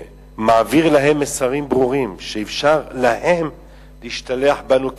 מעביר להם מסרים ברורים שאפשר להם להשתלח בנו כמיעוט,